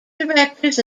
directors